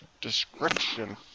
description